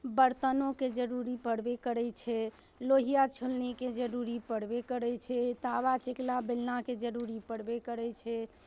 बर्तनोके जरूरी पड़बे करै छै लोहिया छोलनीके जरूरी पड़बे करै छै तावा चकला बेलनाके जरूरी पड़बे करै छै